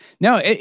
No